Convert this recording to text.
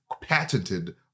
patented